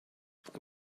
there